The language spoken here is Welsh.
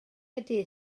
ydy